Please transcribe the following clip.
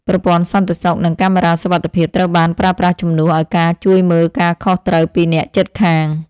ប្រព័ន្ធសន្តិសុខនិងកាមេរ៉ាសុវត្ថិភាពត្រូវបានប្រើប្រាស់ជំនួសឱ្យការជួយមើលការខុសត្រូវពីអ្នកជិតខាង។